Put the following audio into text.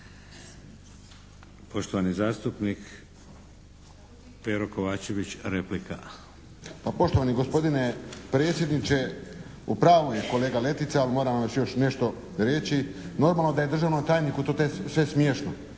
Poštovani zastupnik, Pero Kovačević, replika. **Kovačević, Pero (HSP)** Pa poštovani gospodine predsjedniče, u pravu je kolega Letica, ali moram vam još nešto reći. Normalno da je to državnom tajniku sve smiješno